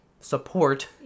support